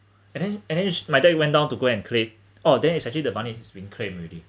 and then and then it's my dad went down to go and claim oh then it's actually the money has been claimed already